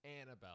Annabelle